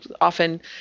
often